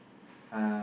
uh